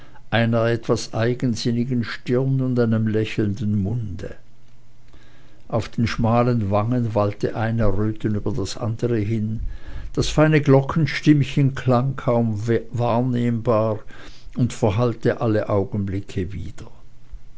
einer etwas eigensinnigen stirne und einem lächelnden munde auf den schmalen wangen wallte ein erröten über das andere hin das feine glockenstimmchen klang kaum vernehmbar und verhallte alle augenblicke wieder